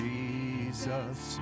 Jesus